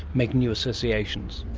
make new associations.